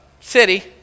city